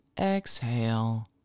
exhale